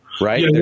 right